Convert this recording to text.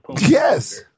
Yes